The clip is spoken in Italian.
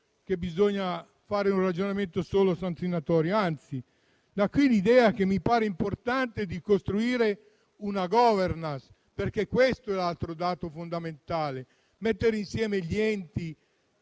che bisogna fare un ragionamento solo di tipo sanzionatorio. Da qui l'idea - che mi pare importante - di costruire una *governance*, perché questo è l'altro dato fondamentale. Bisogna mettere insieme gli enti,